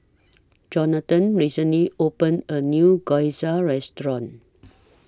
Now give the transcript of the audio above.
Johnathan recently opened A New Gyoza Restaurant